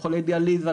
לחלוי דיאליזה,